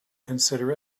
considerate